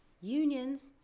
Unions